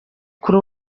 kure